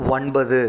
ஒன்பது